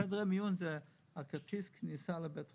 חדר מיון זה כרטיס הכניסה לבית חולים.